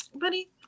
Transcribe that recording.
Buddy